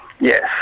Yes